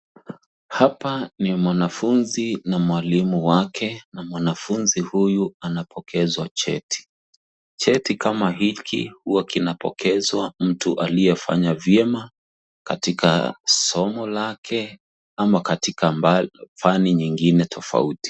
Hapa ni mwanafunzi na mwalimu wake, na mwanafunzi huyu anapokezwa cheti. Cheti kama hiki huwa kinapokezwa mtu aliyefanya vyema, katika somo lake au katika fani nyingine tofauti.